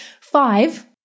Five